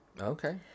Okay